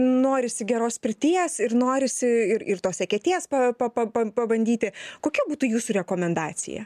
norisi geros pirties ir norisi ir ir tos eketės pa pa pan pabandyti kokia būtų jūsų rekomendacija